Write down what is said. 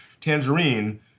Tangerine